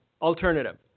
alternative